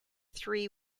three